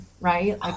right